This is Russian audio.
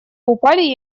упали